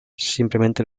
simplemente